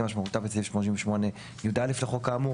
כמשמעותה בסעיף 88יא לחוק האמור,